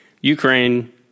Ukraine